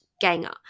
ganger